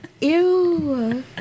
ew